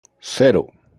cero